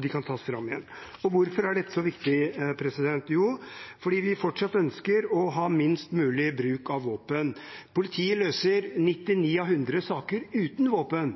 de kan tas fram igjen. Og hvorfor er dette så viktig? Jo, fordi vi fortsatt ønsker å ha minst mulig bruk av våpen. Politiet løser 99 av 100 saker uten våpen.